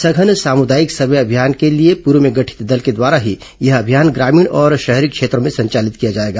सघन सामुदायिक सर्वे अभियान के लिए पूर्व में गठित दल के द्वारा ही यह अभियान ग्रामीण और शहरी क्षेत्रों में संचालित किया जाएगा